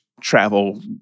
travel